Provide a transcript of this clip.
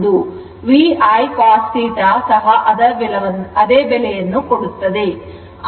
V I cos θ ಸಹ ಅದೇ ಬೆಲೆಯನ್ನು ಕೊಡುತ್ತದೆ